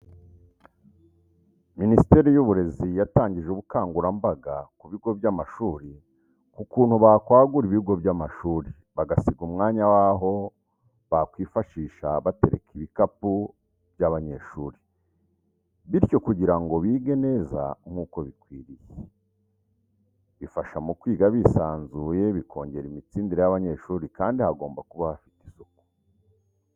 Minisiteri y'uburezi yatangije ubukangurambaga ku bigo by'amashuri ku kuntu bakwagura ibigo by'amashuri, bagasiga umwanya w'aho bakwifashisha batereka ibikapu by'abanyeshuri. Bityo kugira ngo bige neza nk'uko bikwiye. Bifasha mu kwiga bisanzuye bikongera iminsindire y'abanyeshuri kandi hagomba kuba hafite Isuku.